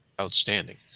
outstanding